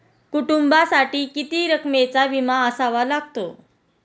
कुटुंबासाठी किती रकमेचा विमा असावा लागतो?